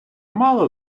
мало